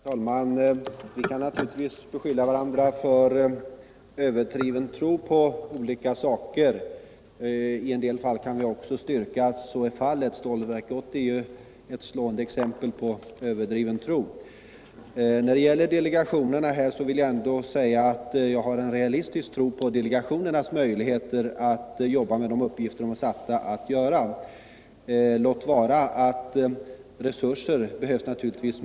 Herr talman! Vi kan naturligtvis beskylla varandra för överdriven tro på olika saker. I en del fall kan vi också styrka att så varit förhållandet — Stålverk 80 är ju ett slående exempel på överdriven tro. När det gäller delegationerna vill jag ändå säga att jag har en realistisk tro på — Nr 143 deras möjligheter att jobba med de uppgifter de är satta att utföra, låt vara att större resurser behövs.